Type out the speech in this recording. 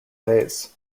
days